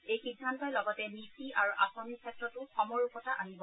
এই সিদ্ধান্তই লগতে নীতি আৰু আঁচনিৰ ক্ষেত্ৰতো সমৰূপতা আনিব